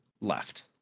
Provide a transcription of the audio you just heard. left